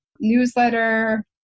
newsletter